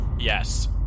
Yes